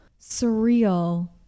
surreal